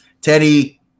Teddy